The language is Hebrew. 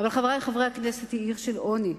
אבל חברי חברי הכנסת, היא עיר של עוני.